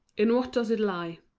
in what does it lie?